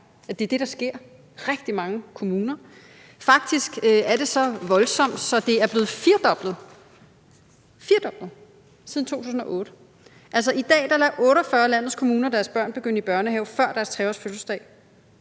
det er det, der sker i rigtig mange kommuner. Faktisk er det så voldsomt, at det er blevet firedoblet siden 2008. Altså, i dag lader 48 af landets kommuner deres børn begynde i børnehave før deres 3-års fødselsdag,